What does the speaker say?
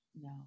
No